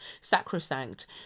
sacrosanct